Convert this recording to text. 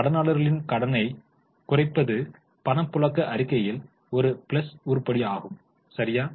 கடனாளர்ககளின் கடனை குறைப்பது பணப்புழக்க அறிக்கையில் ஒரு பிளஸ் உருப்படி ஆகும் சரியா